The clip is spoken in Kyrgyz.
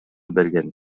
берген